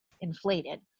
inflated